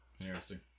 Interesting